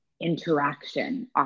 interaction